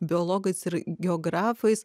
biologais ir geografais